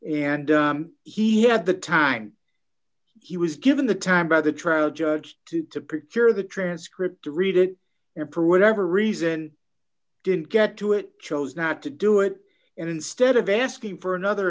and he had the time he was given the time by the trial judge to to prepare the transcript to read it in a prude ever reason didn't get to it chose not to do it and instead of asking for another